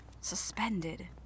Suspended